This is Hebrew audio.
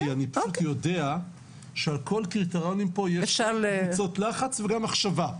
כי אני קצת יודע שעל כל קריטריונים פה יש קבוצות לחץ ומחשבה,